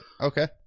okay